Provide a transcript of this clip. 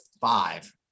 five